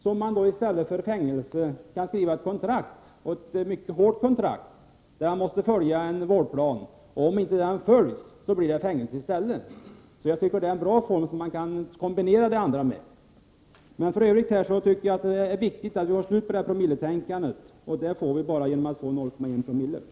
I stället för att döma till fängelse kan man upprätta ett mycket hårt kontrakt. En vårdplan måste följas. Om så inte sker blir påföljden i stället fängelse. Kontraktsvården är alltså ett bra alternativ som kan kombineras med andra former. För övrigt är det, som sagt, viktigt att få slut på promilletänkandet. Enda sättet att åstadkomma det är att ha en gräns vid 0,1 Jo.